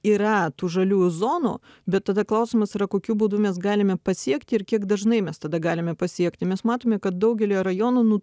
yra tų žaliųjų zonų bet tada klausimas yra kokiu būdu mes galime pasiekti ir kiek dažnai mes tada galime pasiekti mes matome kad daugelyje rajonų nu